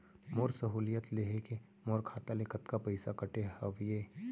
मोर सहुलियत लेहे के मोर खाता ले कतका पइसा कटे हवये?